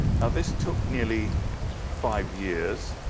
now this took nearly five years.